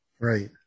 Right